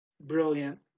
Brilliant